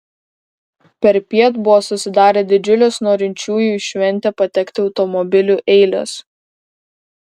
perpiet buvo susidarę didžiulės norinčiųjų į šventę patekti automobiliu eilės